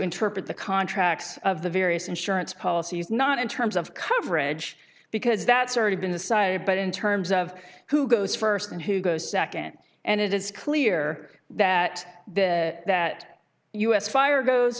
interpret the contracts of the various insurance policies not in terms of coverage because that's already been decided but in terms of who goes first and who goes second and it is clear that the that u s fire goes